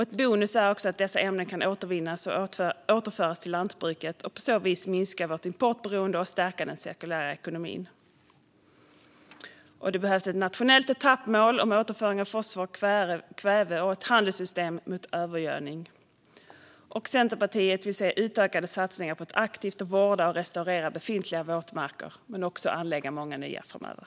En bonus är också att dessa ämnen kan återvinnas och återföras till lantbruket och på så vis minska vårt importberoende och stärka den cirkulära ekonomin. Det behövs ett nationellt etappmål om återföring av fosfor och kväve och ett handelssystem mot övergödning. Centerpartiet vill se utökade satsningar på att aktivt vårda och restaurera befintliga våtmarker men också anlägga många nya framöver.